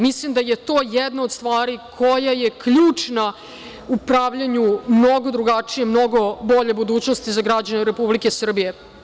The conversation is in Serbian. Mislim da je to jedna od stvari koja je ključna u pravljenju mnogo drugačije i mnogo bolje budućnosti za građane Republike Srbije.